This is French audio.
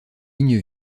ligne